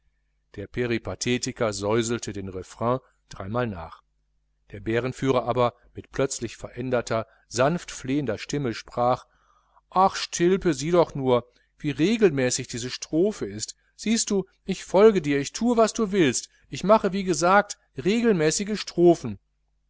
der peripathetiker säuselte den refrain dreimal nach der bärenführer aber mit plötzlich veränderter sanft flehender stimme sprach ach stilpe sieh doch nur wie regelmäßig diese strophe ist siehst du ich folge dir ich thue was du willst ich mache wie gesagt regelmäßige strophen